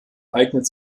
eignet